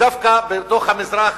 ודווקא בתוך המזרח